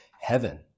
heaven